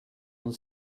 und